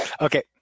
Okay